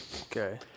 Okay